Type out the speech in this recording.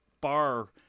bar